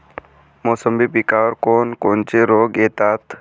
मोसंबी पिकावर कोन कोनचे रोग येतात?